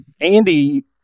Andy